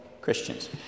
Christians